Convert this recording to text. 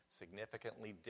significantly